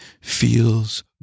feels